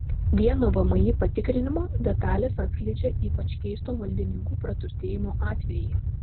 vieno vmi patikrinimo detalės atskleidžia ypač keisto valdininkų praturtėjimo atvejį